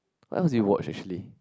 what else do you watch actually